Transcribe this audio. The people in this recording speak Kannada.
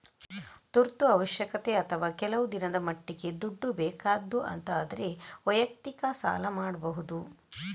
ತುರ್ತು ಅವಶ್ಯಕತೆ ಅಥವಾ ಕೆಲವು ದಿನದ ಮಟ್ಟಿಗೆ ದುಡ್ಡು ಬೇಕಾದ್ದು ಅಂತ ಆದ್ರೆ ವೈಯಕ್ತಿಕ ಸಾಲ ಮಾಡ್ಬಹುದು